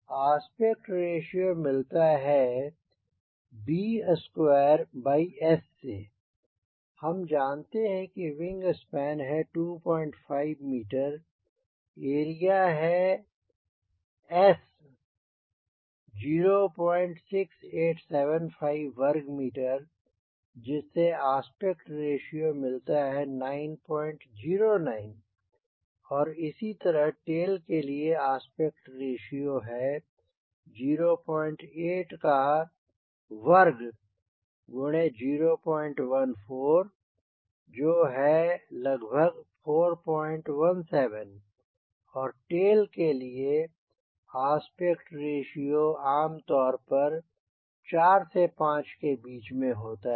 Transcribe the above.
aspect ratio मिलता है b square by S से हम जानते हैं कि विंग स्पेन है 25 मीटर और एरिया है S 06875 वर्ग मीटर जिससे आस्पेक्ट रेश्यो मिलता है 909 और इसी तरह टेल के लिए आस्पेक्ट रेश्यो है 08 का वर्ग गुणे 014 जो है लगभग 457 और टेलके लिए आस्पेक्ट रेश्यो आमतौर पर 4 से 5 के बीच होता है